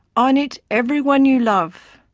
on it everyone you love,